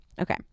Okay